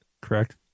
correct